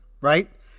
right